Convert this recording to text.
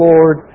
Lord